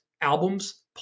albums